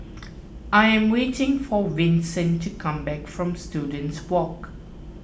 I am waiting for Vincent to come back from Students Walk